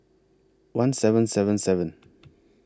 one seven seven seven